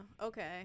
okay